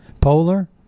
Polar